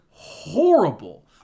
horrible